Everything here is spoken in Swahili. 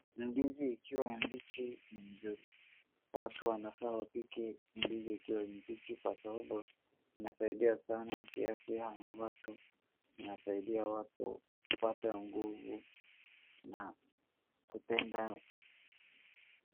Mandizi ikiwa mbichi ni mzuri. Watu wanafaa wapike ndizi ikiwa mbichi kwa sababu inasaidia sana kiafya ya watu, inasaidia watu kupata nguvu na kutenda...